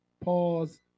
pause